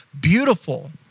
beautiful